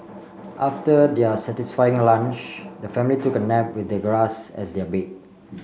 after their satisfying lunch the family took a nap with the grass as their bed